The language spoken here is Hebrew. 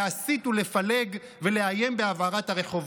להסית ולפלג ולאיים בהבערת הרחובות.